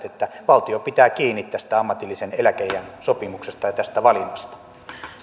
että valtio pitää kiinni tästä ammatillisen eläkeiän sopimuksesta ja tästä valinnasta